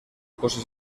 cosas